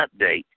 update